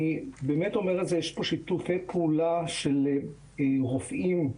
יש פה שיתופי פעולה של רופאים,